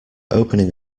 opening